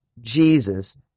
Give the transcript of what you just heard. Jesus